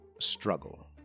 struggle